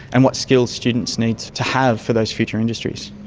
and what skills students need to have for those future industries.